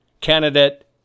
candidate